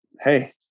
hey